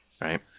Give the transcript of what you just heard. right